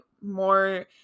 more